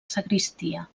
sagristia